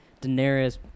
Daenerys